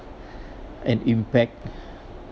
an impact